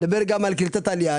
מדבר גם על קליטת עלייה.